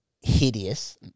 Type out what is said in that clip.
hideous